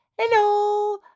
Hello